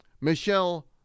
Michelle